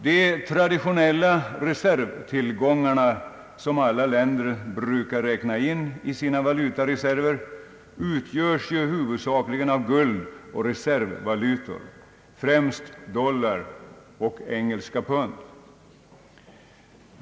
De traditionella reservtillgångarna som alla länder brukar räkna in i sina valutareserver utgörs huvudsakligen av guld och reservvalutor, främst dollar och engelska pund.